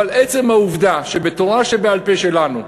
אבל עצם העובדה שבתורה שבעל-פה שלנו,